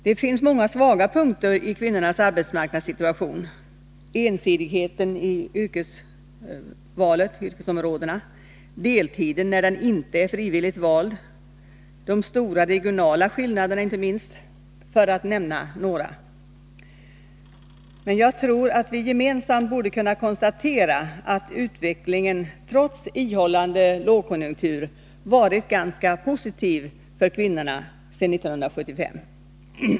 Det finns många svaga punkter i kvinnornas arbetsmarknadssituation; ensidigheten i yrkesval, deltiden när den inte är frivilligt vald, de stora regionala skillnaderna inte minst — för att nämna några. Men jag tror att vi gemensamt borde kunna konstatera att utvecklingen, trots ihållande lågkonjunktur, varit ganska positiv för kvinnorna sedan 1975.